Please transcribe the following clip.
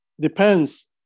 depends